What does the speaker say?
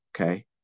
Okay